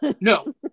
No